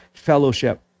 fellowship